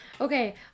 Okay